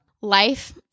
life